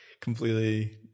completely